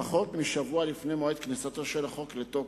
פחות משבוע לפני מועד כניסתו של החוק לתוקף,